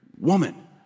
woman